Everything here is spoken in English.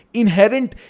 inherent